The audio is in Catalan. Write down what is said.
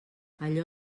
allò